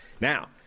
Now